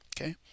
okay